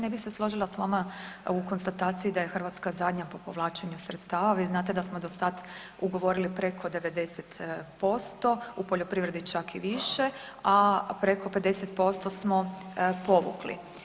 Ne bih se složila s vama u konstataciji da je Hrvatska zadnja po povlačenju sredstava. vi znate da smo do sada ugovorili preko 90% u poljoprivredi čak i više, a preko 50% smo povukli.